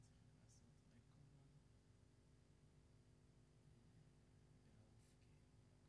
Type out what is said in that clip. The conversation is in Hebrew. אין שכנים, אין תינוקות, אין ילדים,